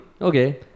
okay